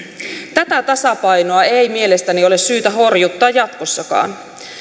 tätä tasapainoa ei mielestäni ole syytä horjuttaa jatkossakaan